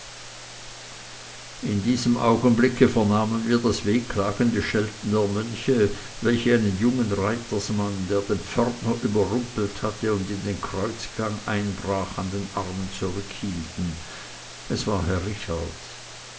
in diesem augenblicke vernahmen wir das wehklagende schelten der mönche welche einen jungen reitersmann der den pförtner überrumpelt hatte und in den kreuzgang einbrach an den armen zurückhielten es war herr richard